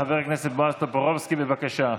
חבר הכנסת בועז טופורובסקי, בבקשה.